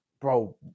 Bro